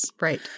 right